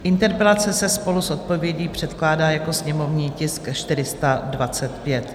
Interpelace se spolu s odpovědí předkládá jako sněmovní tisk 425.